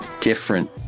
different